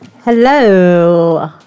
Hello